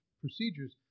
procedures